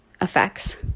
effects